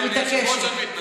ואני לא אפריע יותר,